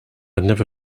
never